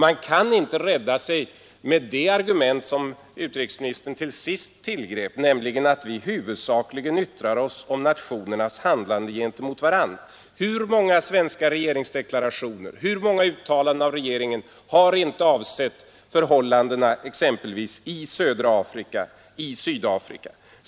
Man kan inte rädda sig med det argument som utrikesministern till sist tillgrep, nämligen att vi huvudsakligen yttrar oss om nationernas handlande gentemot varandra. Hur många svenska regeringsdeklarationer, hur många uttalanden har inte avsett förhållandena exempelvis i södra Afrika, i Sydafrika?